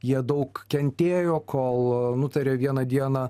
jie daug kentėjo kol nutarė vieną dieną